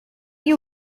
you